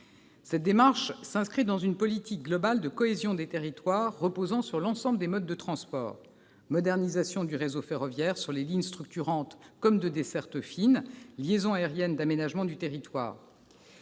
Cette démarche s'inscrit dans une politique globale de cohésion des territoires reposant sur l'ensemble des modes de transport : modernisation du réseau ferroviaire, sur les lignes structurantes comme de desserte fine, liaisons aériennes d'aménagement du territoire